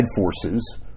forces